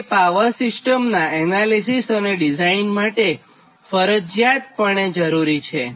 જે પાવર સિસ્ટમનાં એનાલિસિસ અને ડિઝાઇન માટે ફરજિયાતપણે જરૂરી છે